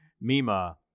Mima